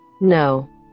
No